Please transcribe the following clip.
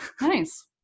Nice